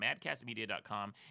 Madcastmedia.com